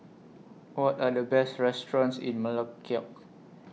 What Are The Best restaurants in Melekeok